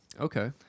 Okay